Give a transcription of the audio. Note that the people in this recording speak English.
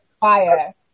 fire